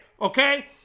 okay